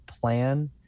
plan